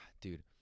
dude